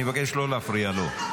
אני מבקש לא להפריע לו.